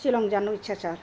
सिलङ जानु इच्छा छ